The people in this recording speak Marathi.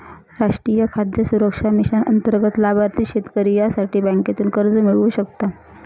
राष्ट्रीय खाद्य सुरक्षा मिशन अंतर्गत लाभार्थी शेतकरी यासाठी बँकेतून कर्ज मिळवू शकता